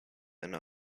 and